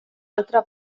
altre